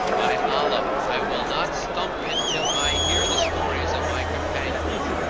by allah, i will not stump it till i hear the stories of my companions.